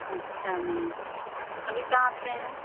अच्छा मैम अभी कहाँ पर हैं